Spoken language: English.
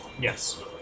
yes